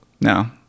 No